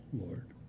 lord